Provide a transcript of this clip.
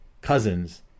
cousins